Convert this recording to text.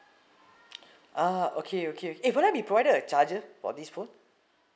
uh okay okay uh would I be provided a charger for this phone